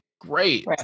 great